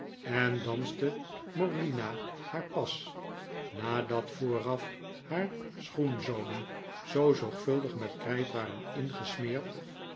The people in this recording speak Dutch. en danste morlina haar pas nadat vooraf haar schoenzolen zoo zorgvuldig met krijt waren ingesmeerd